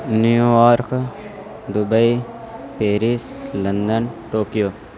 New York Dubai Paris London Tokyo